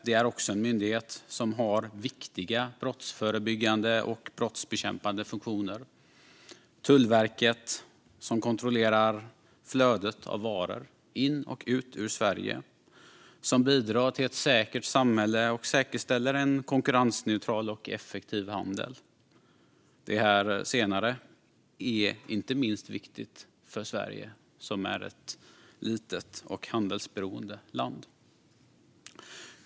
Det är också en myndighet som har viktiga brottsförebyggande och brottsbekämpande funktioner. Tullverket kontrollerar flödet av varor in i och ut ur Sverige. Det bidrar till ett säkert samhälle och säkerställer en konkurrensneutral och effektiv handel. Det senare är inte minst viktigt för Sverige, som är ett litet och handelsberoende land.